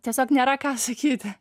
tiesiog nėra ką sakyti